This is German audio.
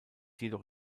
jedoch